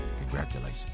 congratulations